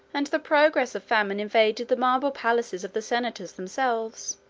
and the progress of famine invaded the marble palaces of the senators themselves.